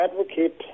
advocate